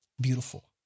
Beautiful